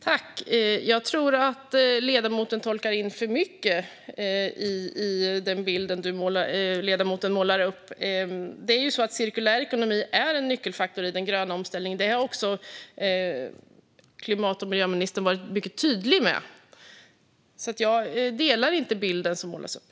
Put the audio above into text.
Herr talman! Jag tror att ledamoten tolkar in för mycket i den bild hon målar upp. Att cirkulär ekonomi är en nyckelfaktor i den gröna omställningen har miljö och klimatministern varit mycket tydlig med. Jag delar alltså inte den bild ledamoten målar upp.